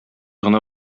гына